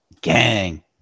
Gang